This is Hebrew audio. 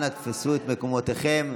אנא תפסו את מקומותיכם.